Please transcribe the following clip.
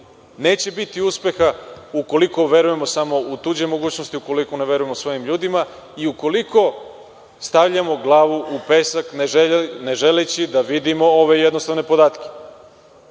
neće biti uspeha ukoliko verujemo samo u tuđe mogućnosti, ukoliko ne verujemo svojim ljudima i ukoliko stavljamo glavu u pesak, ne želeći da vidimo ove jednostavne podatke. To